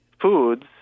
foods